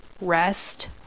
rest